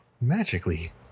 magically